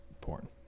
porn